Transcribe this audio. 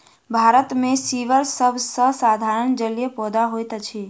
भारत मे सीवर सभ सॅ साधारण जलीय पौधा होइत अछि